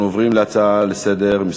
אנחנו עוברים להצעה לסדר-היום,